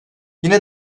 yine